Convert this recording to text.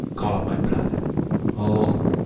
call up my brother o,